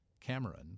Cameron